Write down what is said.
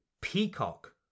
peacock